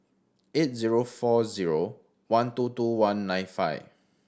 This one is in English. eight zero four zero one two two one nine five